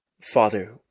father